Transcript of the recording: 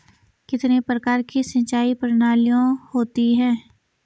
कितने प्रकार की सिंचाई प्रणालियों होती हैं?